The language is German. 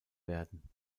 werden